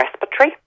respiratory